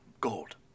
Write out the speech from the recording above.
gold